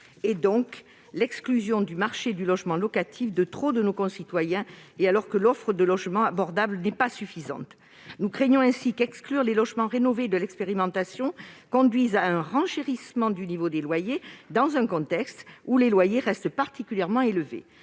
et donc contre l'exclusion du marché du logement locatif d'un trop grand nombre de nos concitoyens, alors que l'offre de logements abordables n'est pas suffisante. Nous craignons ainsi qu'exclure les logements rénovés de l'expérimentation ne conduise à un renchérissement du niveau des loyers, dans un contexte où ceux-ci restent particulièrement élevés.